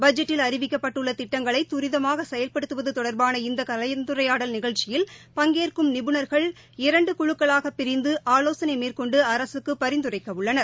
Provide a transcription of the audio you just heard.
பட்ஜெட்டில் அறிவிக்கப்பட்டுள்ள திட்டங்களை துரிதமாக செயல்படுத்துவது தொடர்பான இந்த கலந்துரையாடல் நிகழ்ச்சியில் பங்கேற்கும் நிபுணர்கள் இரண்டு குழுக்களாக பிரிந்து ஆலோசளை மேற்கொண்டு அரசுக்கு பரிந்துரைக்க உள்ளனர்